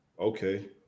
Okay